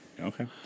Okay